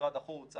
משרד החוץ,